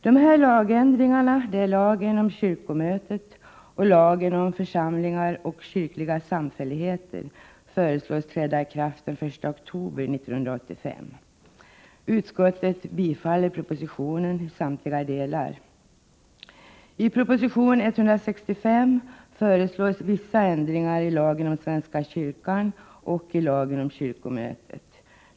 De här lagändringarna — lagen om kyrkomötet och lagen om församlingar och kyrkliga samfälligheter — föreslås träda i kraft den 1 oktober 1985. Utskottet tillstyrker propositionen i samtliga delar. I proposition 165 föreslår man vissa ändringar i lagen om svenska kyrkan och i lagen om kyrkomötet.